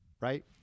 right